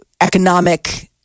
economic